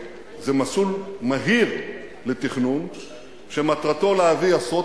זה מסלול מהיר לתכנון שמטרתו להביא עשרות